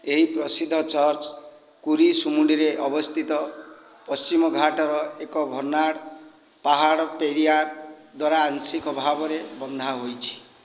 ଏହି ପ୍ରସିଦ୍ଧ ଚର୍ଚ୍ଚ କୁରିସୁମୁଡ଼ିରେ ଅବସ୍ଥିତ ପଶ୍ଚିମ ଘାଟର ଏକ ଭର୍ଡ଼ଣ୍ଟ ପାହାଡ଼ ପେରିଆର ଦ୍ୱାରା ଆଂଶିକ ଭାବରେ ବନ୍ଧା ହେଇଛି